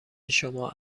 شما